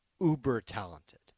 uber-talented